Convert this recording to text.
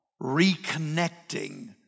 reconnecting